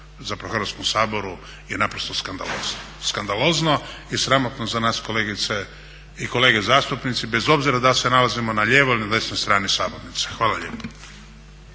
Hrvatskom saboru je naprosto skandalozno, skandalozno i sramotno za nas kolegice i kolege zastupnici bez obzira da li se nalazimo na lijevoj ili desnoj strani sabornice. Hvala lijepo.